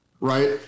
Right